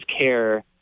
care